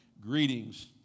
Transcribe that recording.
greetings